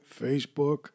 Facebook